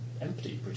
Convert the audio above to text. empty